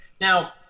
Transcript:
Now